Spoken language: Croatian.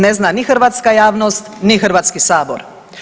Ne zna ni hrvatska javnost ni Hrvatski sabor.